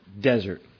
Desert